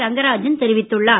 ரங்கராஜன் தெரிவித்துள்ளார்